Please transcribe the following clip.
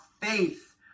faith